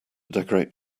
decorate